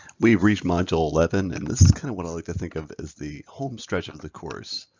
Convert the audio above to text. we've reached module eleven and this is kind of what i like to think of as the homestretch of the course.